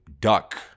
duck